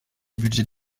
budgets